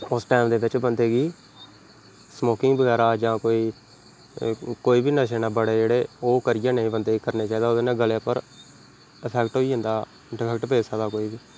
ओस टैम दे बेच्च बन्दे गी स्मोकिंग बगैरा जां कोई कोई बी नशे न बड़े जेह्ड़े ओह् करियै नेईं बन्दे गी करना चाहिदा ओह्दे कन्नै गले उपर एफैक्ट होई जन्दा डफैक्ट पेई सकदा कोई बी